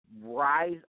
rise